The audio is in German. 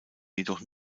jedoch